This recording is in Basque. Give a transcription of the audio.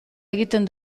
egiten